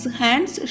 hands